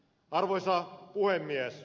arvoisa puhemies